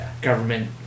government